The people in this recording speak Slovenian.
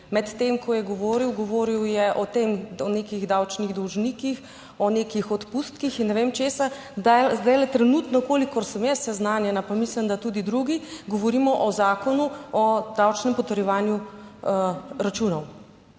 med tem, ko je govoril. Govoril je o tem, o nekih davčnih dolžnikih, o nekih odpustkih in ne vem česa, da zdaj trenutno, kolikor sem jaz seznanjena, pa mislim, da tudi drugi, govorimo o Zakonu o davčnem potrjevanju računov.